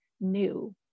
new